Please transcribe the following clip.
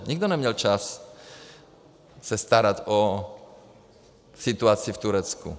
Nikdo neměl čas se starat o situaci v Turecku.